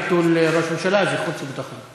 ביטול ביקור ראש ממשלה זה החוץ והביטחון.